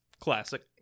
Classic